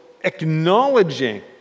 acknowledging